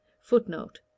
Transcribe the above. Footnote